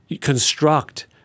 construct